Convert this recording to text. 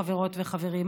חברות וחברים.